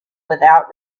without